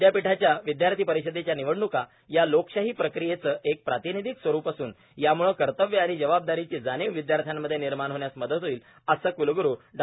विद्यापीठाच्या विद्यार्थी परि रेच्या निवडणुका या लोकशाही प्रक्रियेचं एक प्रातिनिधीक स्वरूप असून यामुळ कर्तव्य आणि जबाबदारीची जाणीव विद्यार्थ्यांमध्ये निर्माण होण्यास मदत होईल असं कुतगुरू डो